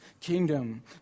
kingdom